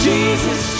Jesus